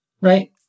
Right